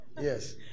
Yes